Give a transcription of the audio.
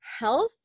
health